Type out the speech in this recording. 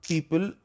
People